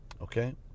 okay